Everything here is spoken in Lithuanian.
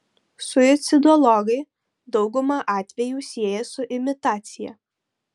suicidologai daugumą atvejų sieja su imitacija